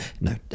No